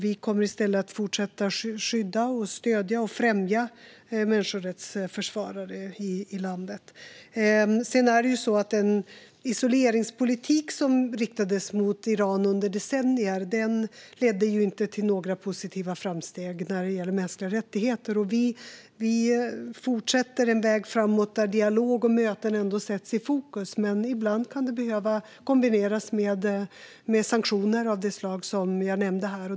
Vi kommer i stället att fortsätta skydda, stödja och främja människorättsförsvarare i landet. Den isoleringspolitik som riktades mot Iran i decennier ledde ju inte till några positiva framsteg när det gäller mänskliga rättigheter. Vi fortsätter på en väg framåt där dialog och möten ändå sätts i fokus. Men ibland kan det behöva kombineras med sanktioner av det slag som jag nämnde här.